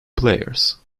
players